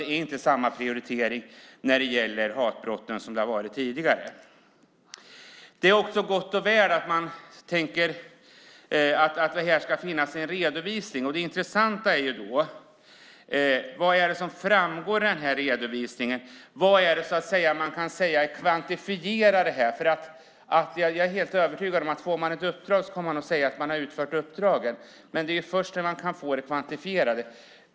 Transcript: Det är inte längre samma prioritering av hatbrott som tidigare. Det är också gott och väl att man tänker att det ska finnas en redovisning. Vad är det då som ska framgå av redovisningen? Vad är det som kvantifieras? Jag är helt övertygad om att om man får ett uppdrag kommer man också att säga att man har utfört det, men värdet av det kan vi se först när vi vet vad som kvantifieras.